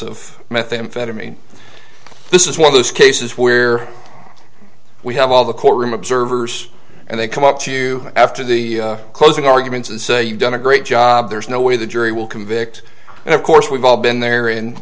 of methamphetamine this is one of those cases where we have all the courtroom observers and they come up to you after the closing arguments and say you've done a great job there's no way the jury will convict and of course we've all been there